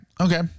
Okay